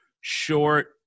short